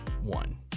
one